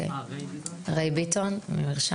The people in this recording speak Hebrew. להתחיל את יריית הפתיחה כי עוד שבועיים מגיע אפריל.